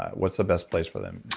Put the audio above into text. what the best place for them?